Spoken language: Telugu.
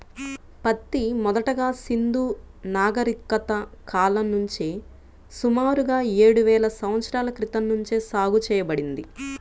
పత్తి మొదటగా సింధూ నాగరికత కాలం నుంచే సుమారుగా ఏడువేల సంవత్సరాల క్రితం నుంచే సాగు చేయబడింది